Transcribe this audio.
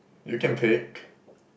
you can pick